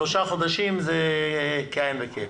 שלושה חודשים זה כאין וכאפס.